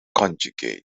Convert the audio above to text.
conjugate